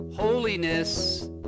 holiness